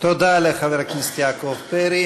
תודה לחבר הכנסת יעקב פרי.